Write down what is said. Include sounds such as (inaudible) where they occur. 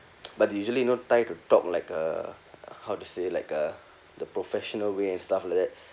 (noise) but they usually no time to talk like uh how to say like uh the professional way and stuff like that